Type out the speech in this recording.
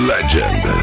Legend